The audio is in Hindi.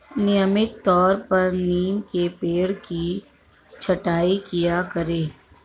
नियमित तौर पर नीम के पेड़ की छटाई किया करो